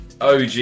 OG